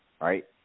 right